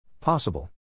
Possible